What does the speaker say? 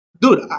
dude